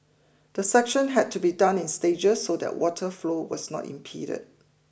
the section had to be done in stages so that water flow was not impeded